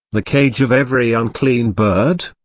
the cage of every unclean bird.